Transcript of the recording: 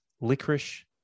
licorice